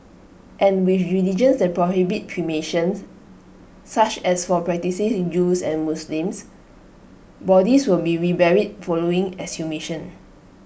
and with religions that prohibit cremation such as for practising Jews and Muslims bodies will be reburied following exhumation